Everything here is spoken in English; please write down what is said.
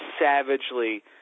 savagely